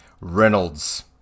Reynolds